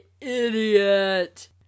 idiot